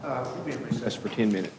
as for ten minutes